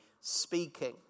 speaking